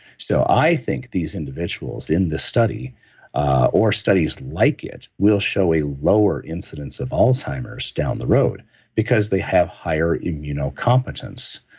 so, i think these individuals in the study or studies like it will show a lower incidence of alzheimer's down the road because they have higher immunocompetence.